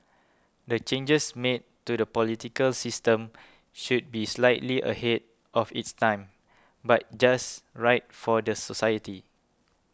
the changes made to the political system should be slightly ahead of its time but just right for the society